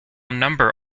number